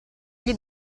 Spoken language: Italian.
gli